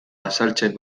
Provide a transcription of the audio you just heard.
azaltzen